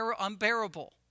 unbearable